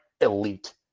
elite